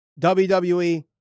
WWE